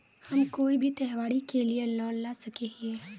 हम कोई भी त्योहारी के लिए लोन ला सके हिये?